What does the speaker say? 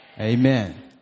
Amen